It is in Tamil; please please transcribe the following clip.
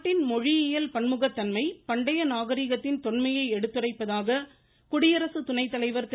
நாட்டின் மொழியியல் பன்முகத்தன்மை பண்டைய நாகரிகத்தின் தொன்மையை எடுத்துரைப்பதாக குடியரசு துணை தலைவர் திரு